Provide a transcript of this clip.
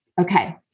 Okay